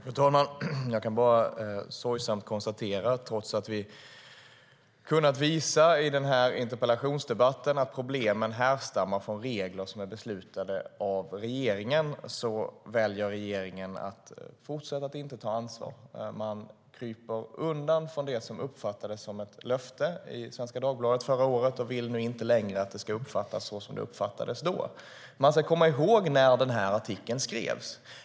Fru talman! Jag kan bara sorgsamt göra ett konstaterande. Trots att vi har kunnat visa i interpellationsdebatten att problemen härstammar från regler som är beslutade av regeringen väljer regeringen att fortsätta att inte ta ansvar. Man kryper undan från det som uppfattades som ett löfte i Svenska Dagbladet förra året och vill inte längre att det ska uppfattas så som det uppfattades då. Man ska komma ihåg när den här artikeln skrevs.